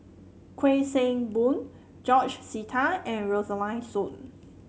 Kuik Swee Boon George Sita and Rosaline Soon